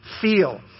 feel